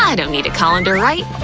yeah don't need a colander right?